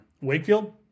Wakefield